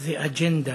זה אג'נדה.